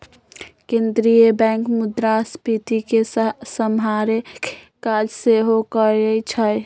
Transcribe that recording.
केंद्रीय बैंक मुद्रास्फीति के सम्हारे के काज सेहो करइ छइ